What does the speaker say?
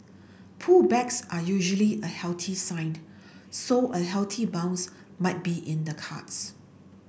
pullbacks are usually a healthy sign so a healthy bounce might be in the cards